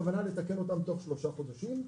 יש כוונה לתקן בתוך שלושה חודשים.